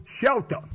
shelter